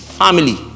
family